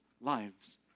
lives